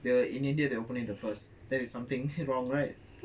the in india they open it the first that is something wrong right